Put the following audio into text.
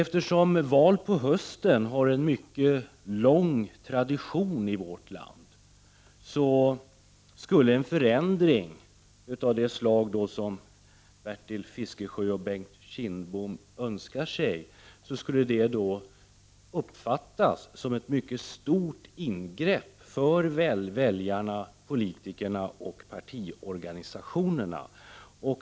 Eftersom val på hösten har en mycket lång tradition i vårt land, skulle en förändring av det slag som Bertil Fiskesjö och Bengt Kindbom önskar uppfattas som ett mycket stort ingrepp för väljarna, politikerna och partiorganisationerna.